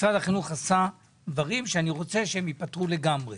משרד החינוך עשה דברים שאני רוצה שהם ייפתרו לגמרי,